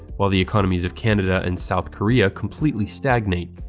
while the economies of canada and south korea completely stagnate.